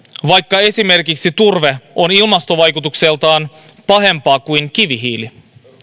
vaikka esimerkiksi turve on ilmastovaikutuksiltaan pahempaa kuin kivihiili